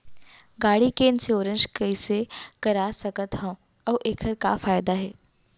गाड़ी के इन्श्योरेन्स कइसे करा सकत हवं अऊ एखर का फायदा हे?